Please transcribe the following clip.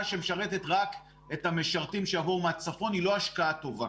שמשרתת רק את המשרתים הבאים מהצפון היא השקעה לא טובה.